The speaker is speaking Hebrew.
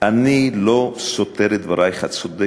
אני לא סותר את דברייך, את צודקת